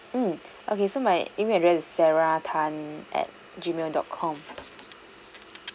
mm okay so my email address is sarah tan at gmail dot com